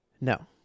No